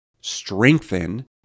strengthen